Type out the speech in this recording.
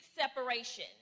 separation